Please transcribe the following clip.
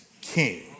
king